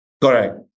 Correct